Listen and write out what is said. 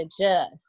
adjust